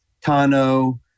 Tano